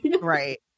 Right